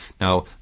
Now